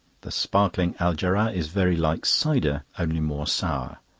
the sparkling algera is very like cider, only more sour.